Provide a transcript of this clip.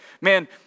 man